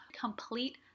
complete